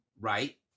right